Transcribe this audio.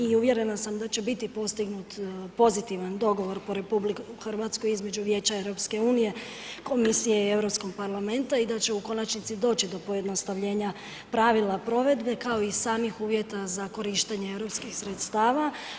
I uvjerena sam da će biti postignut pozitivan dogovor RH, između Vijeća EU, Komisije i Europskog parlamenta i da će u konačnici doći do pojednostavljenja pravila provedbe, kao i samih uvjeta za korištenje europskih sredstava.